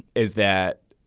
is that